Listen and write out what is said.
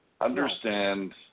Understand